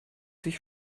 sich